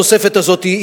התוספת הזאת,